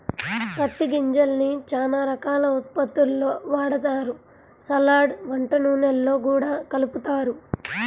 పత్తి గింజల్ని చానా రకాల ఉత్పత్తుల్లో వాడతారు, సలాడ్, వంట నూనెల్లో గూడా కలుపుతారు